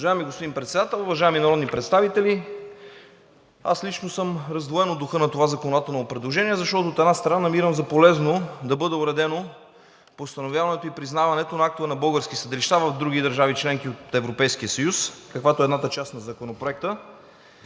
Уважаеми господин Председател, уважаеми народни представители! Аз лично съм раздвоен от духа на това законодателно предложение, защото, от една страна, намирам за полезно да бъде уредено постановяването и признаването на актове на български съдилища в други държави – членки на Европейския съюз, каквато е едната част на Законопроекта,